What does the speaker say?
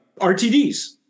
RTDs